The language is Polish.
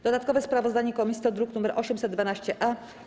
Dodatkowe sprawozdanie komisji to druk nr 812-A.